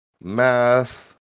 math